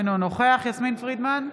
אינו נוכח יסמין פרידמן,